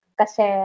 kasi